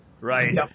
right